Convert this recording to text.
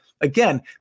again